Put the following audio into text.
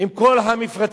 עם כל המפרצים.